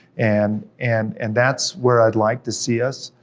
and and and that's where i'd like to see us.